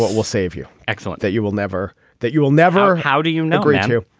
we'll save you. excellent. that you will never that you will never. how do you know granter?